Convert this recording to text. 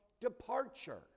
departure